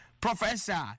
Professor